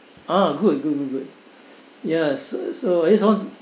ah good good good good yes so at least someone